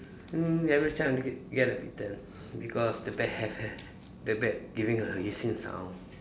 mm never chance get get bitten because the bat have ha~ the bat giving her issues now